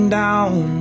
down